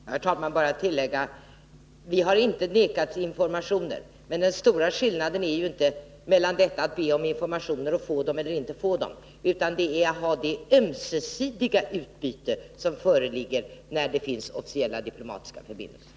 Herr talman! Låt mig bara tillägga: Vi har inte vägrats informationer. Men den stora skillnaden är att nu får vi be om informationer — om vi har officiella diplomatiska förbindelser med Vatikanstaten blir det ett ömsesidigt utbyte av informationer.